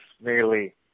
nearly